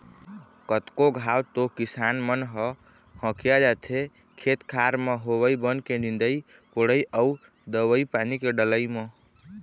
कतको घांव तो किसान मन ह हकिया जाथे खेत खार म होवई बन के निंदई कोड़ई अउ दवई पानी के डलई म